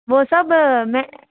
वो सब मैं